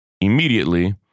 Immediately